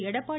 Edappadi